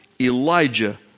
Elijah